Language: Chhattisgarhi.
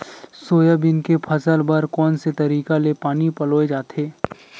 सोयाबीन के फसल बर कोन से तरीका ले पानी पलोय जाथे?